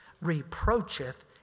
reproacheth